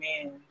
Amen